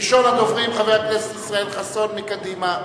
ראשון הדוברים, חבר הכנסת ישראל חסון מקדימה.